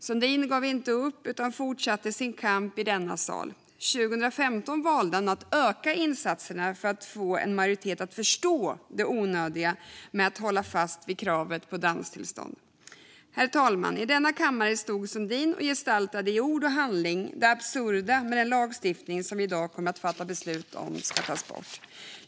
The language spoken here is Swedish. Sundin gav inte upp utan fortsatte sin kamp i denna sal. År 2015 valde han att öka insatserna för att få en majoritet att förstå det onödiga i att hålla fast vid kravet på danstillstånd. Herr talman! I denna kammare stod Sundin och gestaltade i ord och handling det absurda med den lagstiftning som vi i dag kommer fatta beslut om att ta bort.